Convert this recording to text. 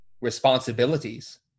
responsibilities